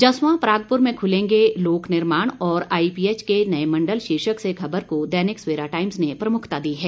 जसवां परागपुर में खुलेंगे लोकनिर्माण और आईपीएच के नए मंडल शीर्षक से खबर को दैनिक सवेरा टाइम्स ने प्रमुखता दी है